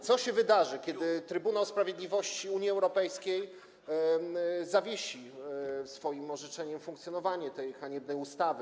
co się wydarzy, kiedy Trybunał Sprawiedliwości Unii Europejskiej zawiesi w swoim orzeczeniu funkcjonowanie tej haniebnej ustawy.